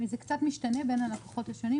זה קצת משתנה בין הלקוחות השונים,